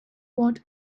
what